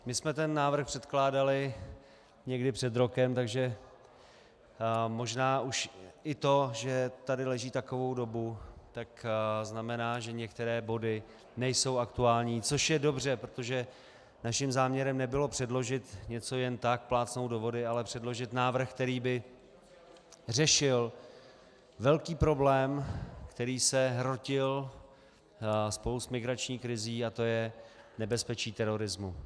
My jsme ten návrh předkládali někdy před rokem, takže možná už i to, že tady leží takovou dobu, znamená, že některé body nejsou aktuální, což je dobře, protože naším záměrem nebylo předložit něco jen tak, plácnout do vody, ale předložit návrh, který by řešil velký problém, který se hrotil spolu s migrační krizí, a to je nebezpečí terorismu.